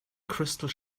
crystal